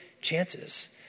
chances